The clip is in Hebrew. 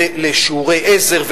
על שיעורי עזר,